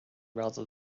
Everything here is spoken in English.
rather